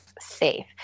safe